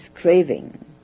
craving